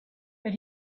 but